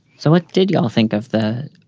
so what did you all think of the.